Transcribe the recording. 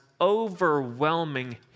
overwhelming